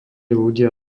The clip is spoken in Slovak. ľudia